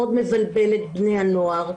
מאוד מבלבל את בני הנוער,